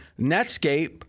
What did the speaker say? Netscape